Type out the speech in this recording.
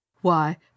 Why